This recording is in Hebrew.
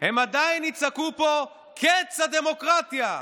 הם עדיין יצעקו פה: קץ הדמוקרטיה.